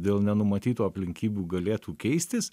dėl nenumatytų aplinkybių galėtų keistis